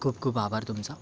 खूप खूप आभार तुमचा